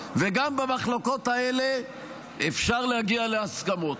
וגם במחלוקות האלה אפשר להגיע להסכמות.